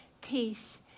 peace